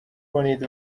کنید